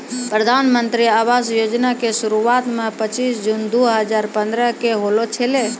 प्रधानमन्त्री आवास योजना के शुरुआत पचीश जून दु हजार पंद्रह के होलो छलै